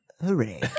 hooray